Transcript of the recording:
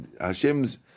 Hashem's